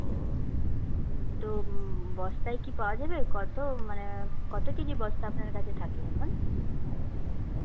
ও তো বস্তায় কি পাওয়া যাবে কতো মানে কতো কেজি বস্তা আপনার কাছে থাকে এখন